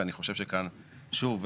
ואני חושב שכאן שוב.